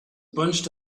bunched